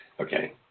Okay